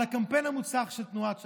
על הקמפיין המוצלח של תנועת ש"ס,